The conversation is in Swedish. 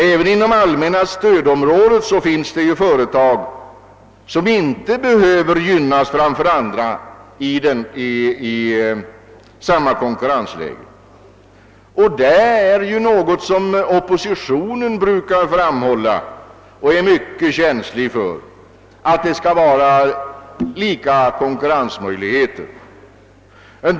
Även inom stödområdet finns det företag som inte behöver gynnas framför andra i samma konkurrensläge. Oppositionen brukar ju vara mycket känslig för att konkurrensmöjligheterna skall vara likvärdiga.